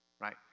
right